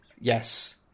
Yes